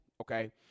Okay